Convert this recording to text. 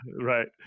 right